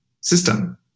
system